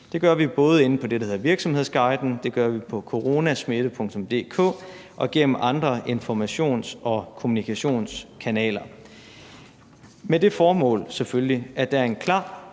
Det gør vi både inde på det, der hedder Virksomhedsguiden, på coronasmitte.dk og gennem andre informations- og kommunikationskanaler. Det gør vi selvfølgelig